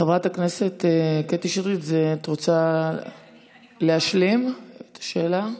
חברת הכנסת קטי שטרית, את רוצה להשלים את השאלה?